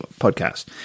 podcast